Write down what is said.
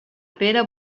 pere